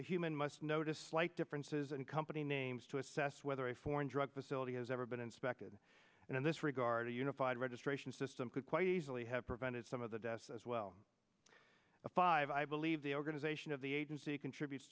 a human must notice slight differences and company names to assess whether a foreign drug facility has ever been inspected and in this regard a unified registration system could quite easily have prevented some of the desks as well the five i believe the organization of the agency contributes